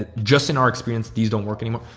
ah just in our experience, these don't work anymore.